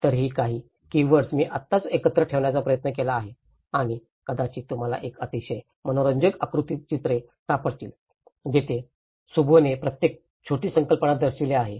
तर ही काही कीवर्ड मी आत्ताच एकत्र ठेवण्याचा प्रयत्न केला आहे आणि कदाचित तुम्हाला एक अतिशय मनोरंजक आकृती चित्रे सापडतील जिथे शुभोने प्रत्येक छोटी संकल्पना दर्शविली आहे